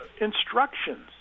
instructions